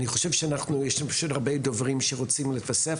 יש לנו הרבה דברים שרוצים לדבר,